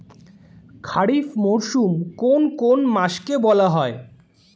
খারিফ মরশুম কোন কোন মাসকে বলা হয়?